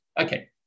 okay